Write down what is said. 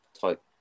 type